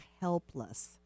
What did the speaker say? helpless